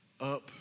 Up